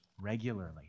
regularly